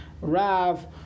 Rav